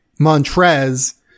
Montrez